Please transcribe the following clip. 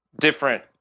different